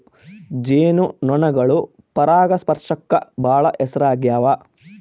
ಜೇನು ನೊಣಗಳು ಪರಾಗಸ್ಪರ್ಶಕ್ಕ ಬಾಳ ಹೆಸರಾಗ್ಯವ